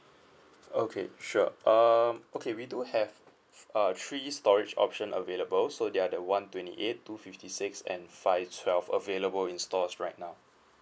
okay sure err okay we do have a three storage option available so they're the one twenty eight two fifty six and five twelve available in stores right now